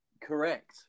correct